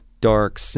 dark